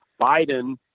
Biden